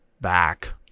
back